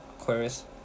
Aquarius